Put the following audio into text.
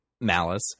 Malice